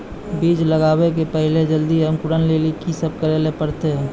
बीज लगावे के पहिले जल्दी अंकुरण लेली की सब करे ले परतै?